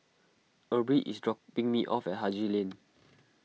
Erby is dropping me off at Haji Lane